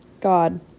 God